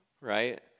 right